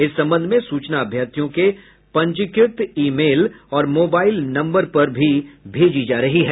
इस संबंध में सूचना अभ्यर्थियों के पंजीकृत ईमेल और मोबाइल नंबर पर भी भेजी जा रही है